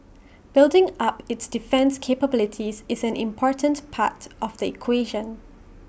building up its defence capabilities is an important part of the equation